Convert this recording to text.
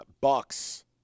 Bucks